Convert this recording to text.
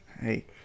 Hey